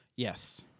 Yes